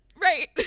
Right